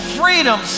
freedom